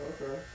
Okay